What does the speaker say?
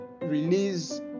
release